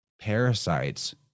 parasites